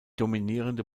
dominierende